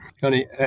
honey